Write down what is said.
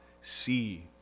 see